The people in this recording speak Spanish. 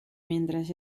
mientras